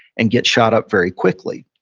and get shot up very quickly.